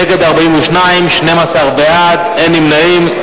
נגד, 42, 12 בעד, אין נמנעים.